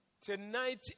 Tonight